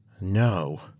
No